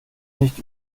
nicht